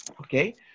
Okay